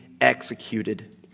executed